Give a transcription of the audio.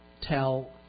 tell